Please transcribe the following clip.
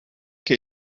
che